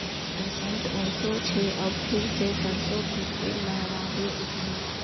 बसंत ओशो छे अब फिर से सरसो खेती लहराबे उठ बे